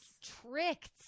tricked